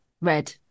Red